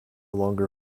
longer